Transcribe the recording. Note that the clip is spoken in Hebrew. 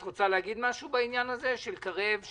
את רוצה להגיד משהו בעניין הזה של תוכנית קרב,